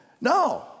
No